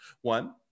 One